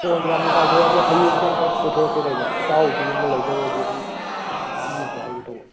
ꯍꯣ ꯌꯥꯝ ꯅꯨꯡꯉꯥꯏꯖꯔꯦ ꯑꯗꯣ ꯍꯌꯦꯡꯁꯦ ꯑꯝꯇ ꯀꯣꯏꯊꯣꯔꯛꯀꯦ ꯇꯧꯕ ꯏꯇꯥꯎꯁꯨ ꯌꯨꯝꯗ ꯂꯩꯗꯣꯏ ꯑꯣꯏꯗꯤ ꯑꯗꯨꯝ ꯆꯠꯃꯤꯟꯅꯁꯦ ꯍꯥꯏꯒꯦ ꯇꯧꯕ